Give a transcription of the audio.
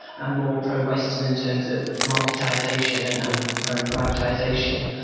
and more pro-western in terms of marketisation and and pro-privatisation,